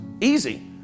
easy